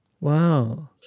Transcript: Wow